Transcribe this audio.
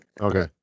Okay